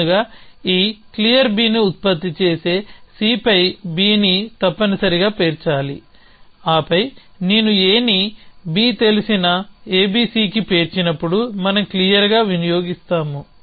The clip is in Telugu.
ముందుగా ఈ clearని ఉత్పత్తి చేసే Cపై Bని తప్పనిసరిగా పేర్చాలి ఆపై నేను Aని B తెలిసిన ABC కి పేర్చినప్పుడు మనం క్లియర్గా వినియోగిస్తాము